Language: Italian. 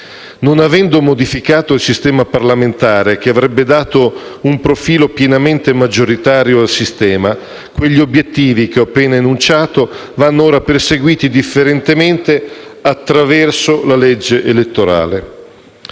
Non avendo modificato il sistema parlamentare che avrebbe dato un profilo pienamente maggioritario al sistema, quegli obiettivi che ho appena enunciato vanno ora perseguiti differentemente attraverso la legge elettorale.